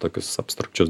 tokius abstrakčius